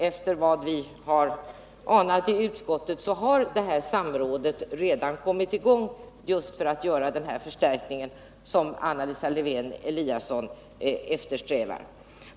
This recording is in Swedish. Efter vad vi har anat i utskottet har detta samråd avsetts starta just för att åstadkomma de förstärkningar som Anna Lisa Lewén-Eliasson eftersträvar.